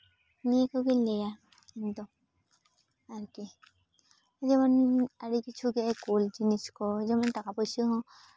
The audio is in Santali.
ᱱᱤᱭᱟᱹ ᱠᱚᱜᱮᱧ ᱞᱟᱹᱭᱟ ᱤᱧ ᱫᱚ ᱟᱨᱠᱤ ᱡᱮᱢᱚᱱ ᱟᱹᱰᱤ ᱠᱤᱪᱷᱩ ᱜᱮ ᱠᱩᱞ ᱡᱤᱱᱤᱥ ᱠᱚ ᱡᱮᱢᱚᱱ ᱴᱟᱠᱟ ᱯᱩᱭᱥᱟᱹ ᱦᱚᱸ